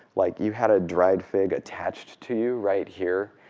like you had a dried fig attached to you right here,